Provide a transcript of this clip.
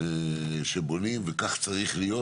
שבונים וכך צריך להיות,